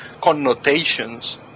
connotations